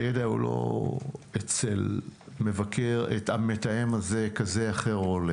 הידע לא אצל מתאם כזה או אחר,